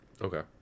okay